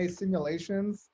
simulations